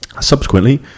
Subsequently